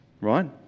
right